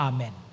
Amen